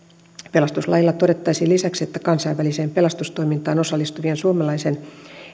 pelastuslailla todettaisiin lisäksi että kansainväliseen pelastustoimintaan osallistu van suomalaisen